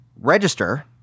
register